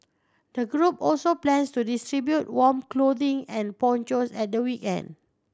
the group also plans to distribute warm clothing and ponchos at the weekend